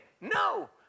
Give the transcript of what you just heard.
No